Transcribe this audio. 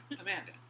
Amanda